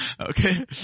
Okay